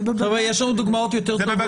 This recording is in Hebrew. זה בבג"ץ כרגע.